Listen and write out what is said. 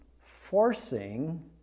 forcing